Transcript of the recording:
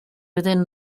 within